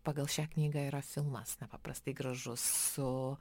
pagal šią knygą yra filmas nepaprastai gražus su